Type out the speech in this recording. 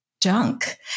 junk